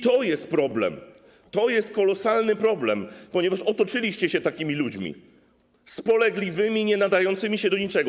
To jest problem, to jest kolosalny problem, ponieważ otoczyliście się takimi ludźmi: spolegliwymi, nienadającymi się do niczego.